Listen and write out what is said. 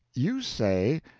you say,